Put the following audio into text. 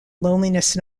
loneliness